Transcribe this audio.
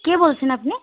কে বলছেন আপনি